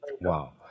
Wow